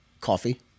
coffee